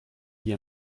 hier